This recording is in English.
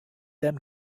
them